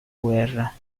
guerra